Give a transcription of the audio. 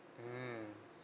mmhmm